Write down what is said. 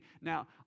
Now